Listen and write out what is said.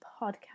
podcast